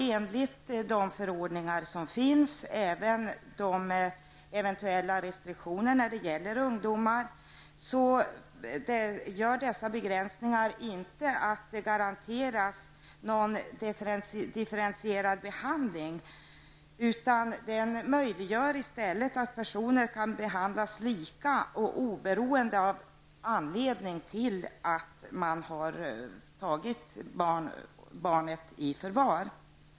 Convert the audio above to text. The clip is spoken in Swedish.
Enligt de förordningar som finns -- även de eventuella restriktionerna när det gäller ungdomar -- garanterar dessa begränsningar inte någon differentierad behandling. I stället möjliggör de att olika personer behandlas på samma sätt, oberoende av anledningen till att man har tagit barnet i förvar.